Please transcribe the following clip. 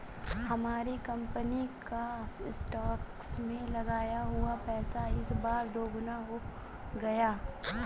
हमारी कंपनी का स्टॉक्स में लगाया हुआ पैसा इस बार दोगुना हो गया